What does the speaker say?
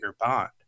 bond